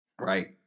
Right